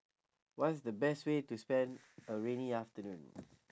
what's the best way to spend a rainy afternoon